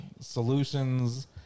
Solutions